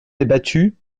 débattu